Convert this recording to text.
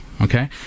okay